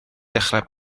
dechrau